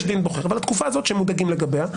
דין בוחר אבל התקופה הזאת שמודאגים לגביה,